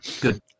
Good